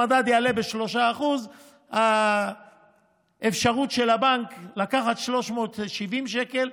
המדד יעלה ב-3% האפשרות של הבנק היא לקחת 370 שקלים.